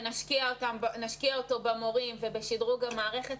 ונשקיע אותו במורים ובשדרוג המערכת,